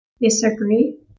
Disagree